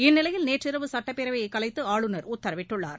இந்நிலையில் நேற்றிரவு சுட்டப்பேரவையைக் கலைத்து ஆளுநர் உத்தரவிட்டுள்ளார்